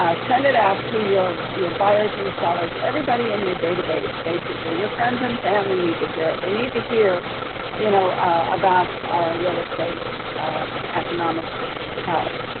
ah send it out to your your buyers and sellers, everybody in your database basically. your friends and family need to hear it. they need to hear you know about our real estate economic health,